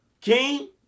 King